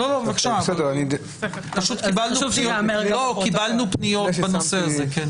לא, בבקשה, פשוט קיבלנו פניות בנושא הזה.